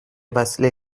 وسیله